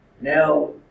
Now